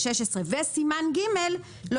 16 וסימן ג' לפרק ג',